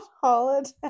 holiday